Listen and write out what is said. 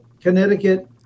Connecticut